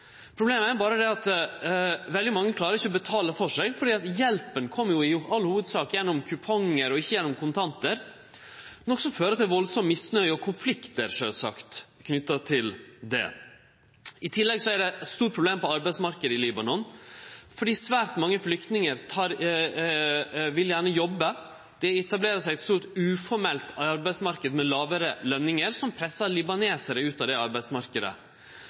Problemet er berre det at veldig mange ikkje klarer å betale for seg, fordi hjelpa i all hovudsak kjem gjennom kupongar og ikkje gjennom kontantar, noko som fører til kraftig misnøye og konfliktar knytt til det, sjølvsagt. I tillegg er det store problem på arbeidsmarknaden i Libanon, fordi svært mange flyktningar gjerne vil jobbe. Det etablerer seg ein stor uformell arbeidsmarknad, med lågare løningar, som pressar libanesarar ut av